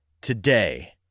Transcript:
today